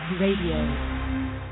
Radio